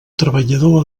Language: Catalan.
treballador